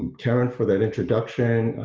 and karen for that introduction,